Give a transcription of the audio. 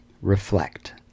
reflect